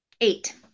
eight